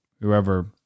Whoever